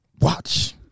Watch